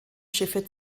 schiffe